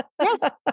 Yes